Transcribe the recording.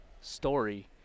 story